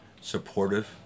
supportive